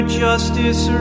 justice